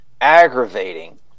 aggravating